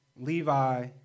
Levi